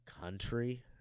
country